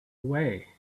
away